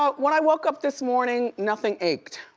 um when i woke up this morning, nothing ached.